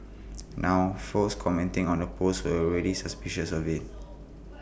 now folks commenting on the post were already suspicious of IT